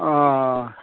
अ